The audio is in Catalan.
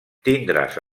tindràs